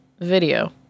video